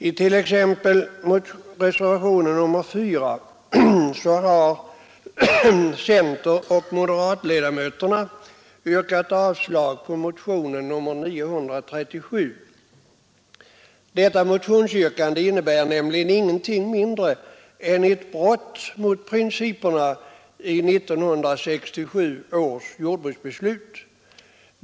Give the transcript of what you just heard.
I t.ex. reservationen 4 har centeroch moderatledamöterna yrkat avslag på motionen 937. Yrkandet i den motionen innebär nämligen ingenting mindre än ett brott mot principerna i 1967 års jordbruksbeslut.